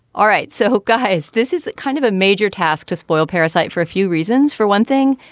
all right so guys this is kind of a major task to spoil parasite for a few reasons for one thing.